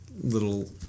little